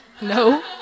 No